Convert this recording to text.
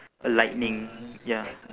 a lightning ya